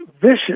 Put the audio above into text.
vicious